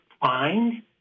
find